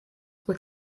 were